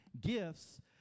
gifts